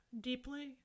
deeply